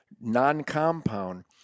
non-compound